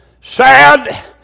Sad